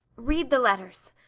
read the letters.